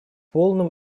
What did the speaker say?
полном